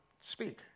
speak